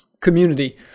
community